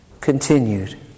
continued